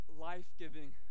life-giving